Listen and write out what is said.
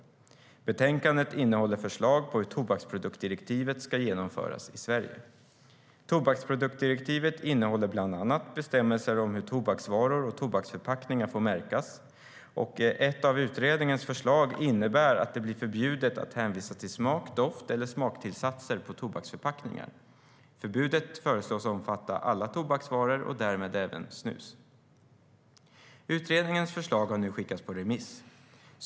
Betänkandet innehåller förslag på hur tobaksproduktdirektivet ska genomföras i Sverige. Tobaksproduktdirektivet innehåller bland annat bestämmelser om hur tobaksvaror och tobaksförpackningar får märkas. Ett av utredningens förslag innebär att det blir förbjudet att hänvisa till smak, doft eller smaktillsatser på tobaksförpackningar. Förbudet föreslås omfatta alla tobaksvaror och därmed även snus. Utredningens förslag har nu skickats på remiss.